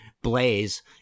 blaze